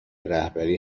رهبری